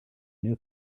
new